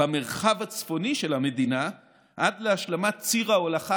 במרחב הצפוני של המדינה עד להשלמת ציר ההולכה